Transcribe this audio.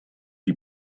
die